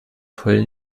heulen